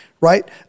right